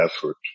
effort